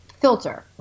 filter